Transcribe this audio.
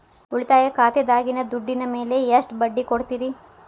ಉಳಿತಾಯ ಖಾತೆದಾಗಿನ ದುಡ್ಡಿನ ಮ್ಯಾಲೆ ಎಷ್ಟ ಬಡ್ಡಿ ಕೊಡ್ತಿರಿ?